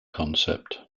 concept